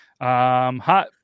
hot